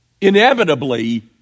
inevitably